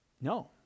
no